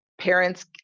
parents